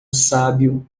sábio